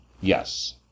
Yes